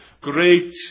Great